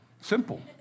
Simple